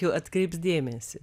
jau atkreips dėmesį